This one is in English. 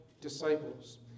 disciples